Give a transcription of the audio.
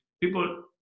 people